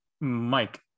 Mike